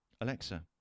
Alexa